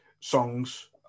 songs